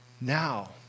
Now